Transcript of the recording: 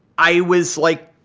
i was like,